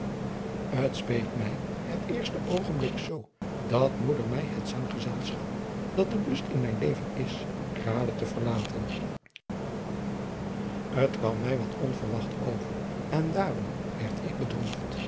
t speet mij het eerste oogenblik zoo dat moeder mij het zanggezelschap dat de lust in mijn leven is raadde te verlaten t kwam mij wat onverwacht over en daarom werd ik bedroefd